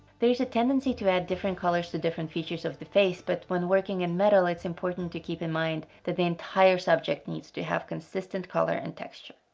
there is a tendency to add different colors to different features of the face, but when working in metal it's important to keep in mind that the entire subject needs to have consistent color and texture.